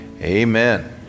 amen